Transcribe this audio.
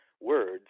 words